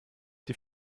die